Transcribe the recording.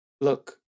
look